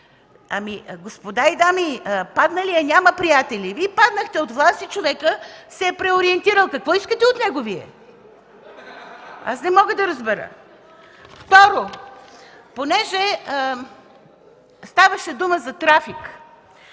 Господа и дами, падналият няма приятели. Вие паднахте от власт и човекът се преориентирал. Какво искате от него? Аз не мога да разбера!? Второ, понеже ставаше дума за трафик,